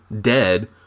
dead